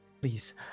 Please